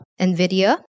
NVIDIA